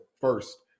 first